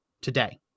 today